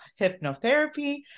hypnotherapy